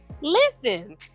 Listen